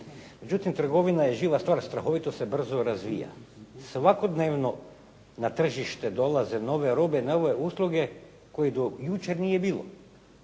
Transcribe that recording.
Međutim, trgovina je živa stvar, strahovito se brzo razvija. Svakodnevno na tržište dolaze nove robe, nove usluge koje do jučer nije bilo.